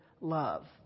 love